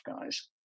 guys